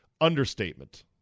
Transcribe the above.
Understatement